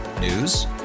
News